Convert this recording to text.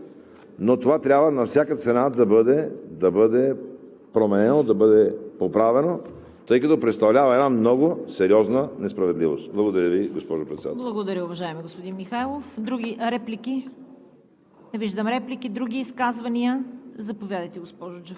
с много проблеми, които съществуват по места, и които тук сега не ми се коментират, но това трябва на всяка цена да бъде променено, да бъде поправено, тъй като представлява една много сериозна несправедливост. Благодаря Ви, госпожо Председател.